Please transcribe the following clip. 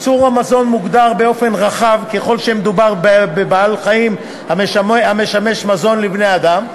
ייצור המזון מוגדר באופן רחב ככל שמדובר בבעל-חיים המשמש מזון לבני-אדם,